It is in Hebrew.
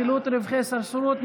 חילוט רווחי סרסרות.